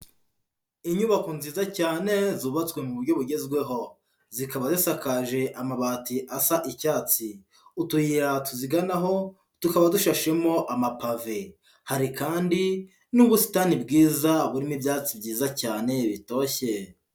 Inyubako nziza cyane zubatswe mu buryo bugezweho, zikaba zisakaje amabati asa icyatsi, utuyira tuziganaho tukaba dushashemo amapave, hari kandi n'ubusitani bwiza burimo ibyatsi byiza cyane bitoshye.